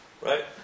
Right